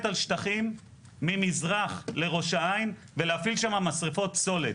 על שטחים ממזרח לראש העין ולהפעיל שם משרפות פסולת.